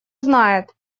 знает